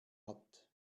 hat